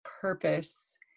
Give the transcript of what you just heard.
purpose